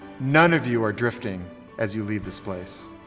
none of you are drifting as you leave this place.